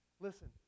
Listen